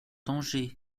danger